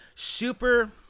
Super